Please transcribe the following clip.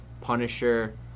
Punisher